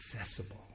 accessible